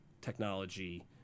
technology